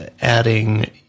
adding